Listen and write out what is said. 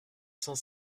cent